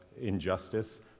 injustice